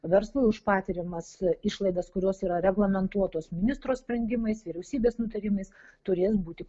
verslui už patiriamas išlaidas kurios yra reglamentuotos ministro sprendimais vyriausybės nutarimais turės būti